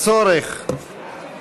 הצעה לסדר-היום